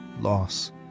loss